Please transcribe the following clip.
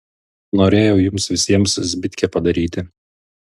norėjau jums visiems zbitkę padaryti